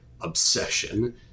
obsession